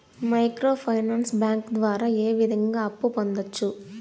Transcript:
micro finance bank ద్వారా ఏ విధంగా అప్పు పొందొచ్చు